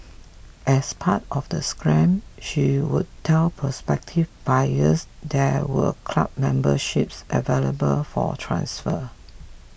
as part of the scam she would tell prospective buyers there were club memberships available for transfer